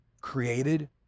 created